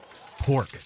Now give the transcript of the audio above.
Pork